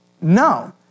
no